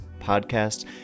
podcast